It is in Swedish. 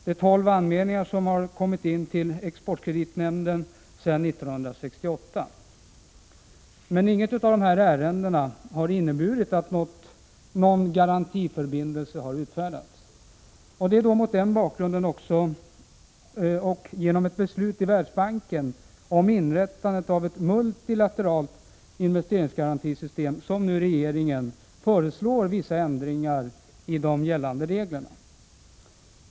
Det är tolv anmälningar som har kommit in till exportkreditnämnden sedan 1968, men inget ärende har inneburit att en garantiförbindelse har utfärdats. Mot bakgrund av detta och med anledning av ett beslut i Världsbanken om inrättande av ett multilateralt investeringsgarantisystem föreslår regeringen nu vissa ändringar i de gällande reglerna.